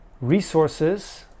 resources